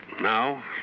now